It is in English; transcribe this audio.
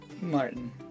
Martin